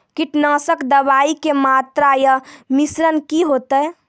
कीटनासक दवाई के मात्रा या मिश्रण की हेते?